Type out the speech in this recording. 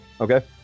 Okay